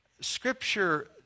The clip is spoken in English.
Scripture